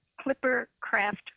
Clippercraft